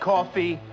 Coffee